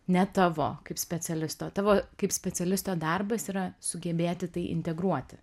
ne tavo kaip specialisto tavo kaip specialisto darbas yra sugebėti tai integruoti